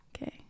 Okay